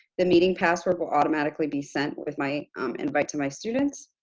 the meeting password will automatically be sent with my invite to my students.